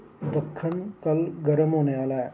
दक्खन कल्ल गर्म होने आह्ला ऐ